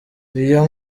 iyo